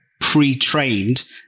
pre-trained